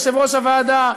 יושב-ראש הוועדה,